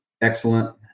excellent